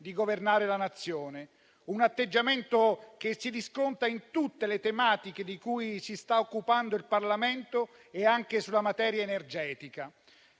di governare la Nazione; tale atteggiamento si riscontra in tutte le tematiche di cui si sta occupando il Parlamento e anche in materia energetica.